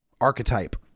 archetype